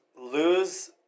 lose